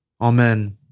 Amen